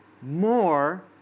more